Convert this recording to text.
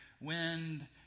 wind